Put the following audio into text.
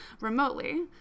remotely